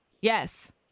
Yes